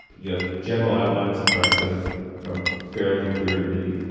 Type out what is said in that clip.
you know the general outlines of brexit are fairly clear to me.